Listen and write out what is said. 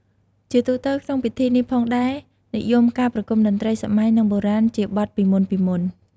ជាទូទៅក្នុងពិធីនេះផងដែរនិយមការប្រគុំតន្ត្រីសម័យនិងបុរាណជាបទពីមុនៗ។